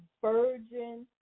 Virgin